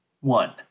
one